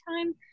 time